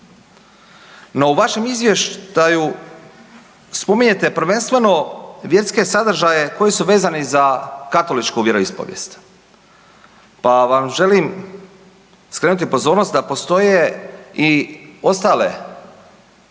No, u vašem izvještaju spominjete prvenstveno vjerske sadržaje koji su vezani za katoličku vjeroispovijest pa vam želim skrenuti pozornost da postoje i ostale